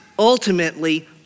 Ultimately